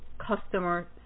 customer